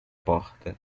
porta